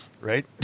right